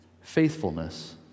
faithfulness